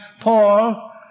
Paul